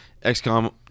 XCOM